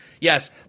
yes